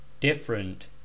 Different